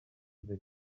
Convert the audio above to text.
des